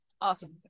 Awesome